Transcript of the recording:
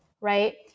right